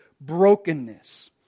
brokenness